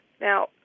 Now